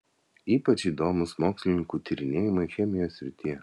ypač įdomūs mokslininkų tyrinėjimai chemijos srityje